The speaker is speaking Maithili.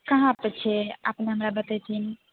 कहाँ पे छै अपना हमरा बतैथिन